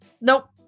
Nope